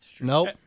Nope